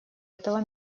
этого